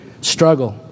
struggle